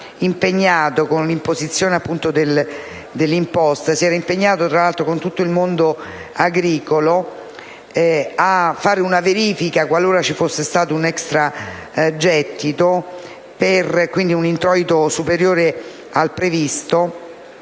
si era impegnato, con l'introduzione dell'imposta, tra l'altro con tutto il mondo agricolo, a fare una verifica qualora ci fosse stato un extragettito e, quindi, un introito superiore al previsto,